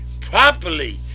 properly